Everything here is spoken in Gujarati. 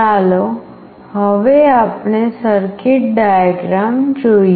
ચાલો હવે આપણે સર્કિટ ડાયાગ્રામ જોઈએ